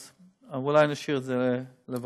אבל אולי נשאיר את זה לוועדה.